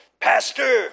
Pastor